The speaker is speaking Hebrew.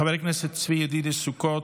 חבר הכנסת צבי ידידיה סוכות,